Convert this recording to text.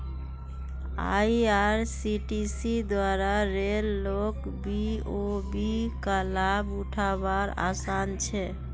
IRCTC द्वारा रेल लोक बी.ओ.बी का लाभ उठा वार आसान छे